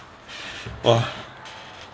!wah!